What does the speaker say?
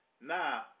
Now